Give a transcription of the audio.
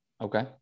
Okay